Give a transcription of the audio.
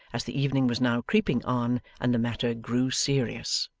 as the evening was now creeping on, and the matter grew serious.